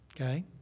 Okay